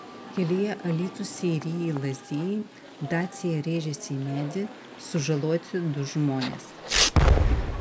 kelyje alytus seirijai lazdijai dacia rėžėsi į medį sužaloti du žmonės